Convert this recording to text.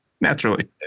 naturally